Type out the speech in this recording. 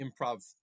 improv